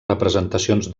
representacions